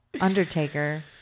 Undertaker